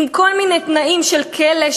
עם כל מיני תנאים של כלא,